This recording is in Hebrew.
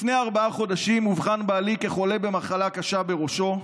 לפני ארבעה חודשים אובחן בעלי כחולה במחלה קשה בראשו,